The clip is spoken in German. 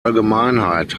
allgemeinheit